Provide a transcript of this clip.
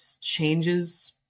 changes